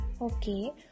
okay